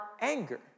anger